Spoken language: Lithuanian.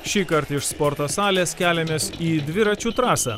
šįkart iš sporto salės keliamės į dviračių trasą